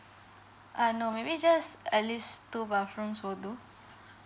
ah no maybe just at least two bathrooms will do